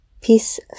Peace